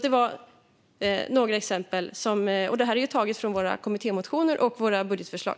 Det var några exempel. Det är taget från våra kommittémotioner och våra budgetförslag.